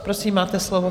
Prosím, máte slovo.